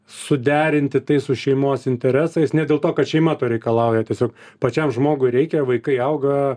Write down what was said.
suderinti tai su šeimos interesais ne dėl to kad šeima to reikalauja tiesiog pačiam žmogui reikia vaikai auga